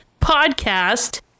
podcast